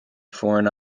foreign